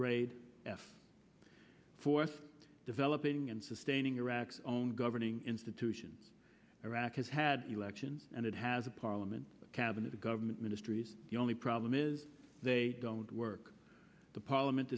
grade f for developing and sustaining iraq's own governing institutions iraq has had elections and it has a parliament a cabinet a government ministries the only problem is they don't work the parliament